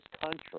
country